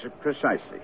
precisely